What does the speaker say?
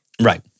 Right